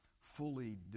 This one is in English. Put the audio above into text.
fully